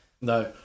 no